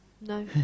no